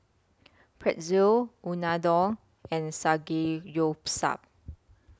Pretzel Unadon and Samgeyopsal